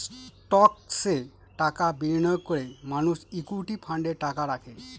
স্টকসে টাকা বিনিয়োগ করে মানুষ ইকুইটি ফান্ডে টাকা রাখে